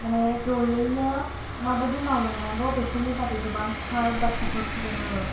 माने जयैनो माबादि मावलांनांगौ बेफोरनि बागै गोबांथार बाथ्राफोर फोरोङो